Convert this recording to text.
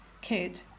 kid